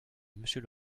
monsieur